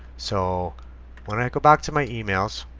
so when i go back to my emails,